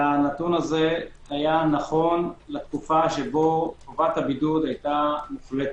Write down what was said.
הנתון הזה היה נכון לתקופה שבה תקופת הבידוד היתה מוחלטת.